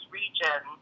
region